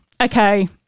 Okay